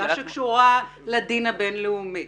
שאלה שקשורה לדין הבין-לאומי.